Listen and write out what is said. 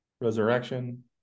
Resurrection